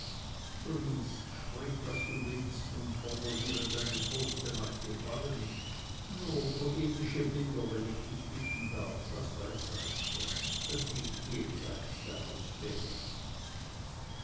sprich was du willst und formuliere deine toaste nach gefallen nur poetische bilder wenn ich bitten darf laß beiseite das liegt jenseits deiner sphäre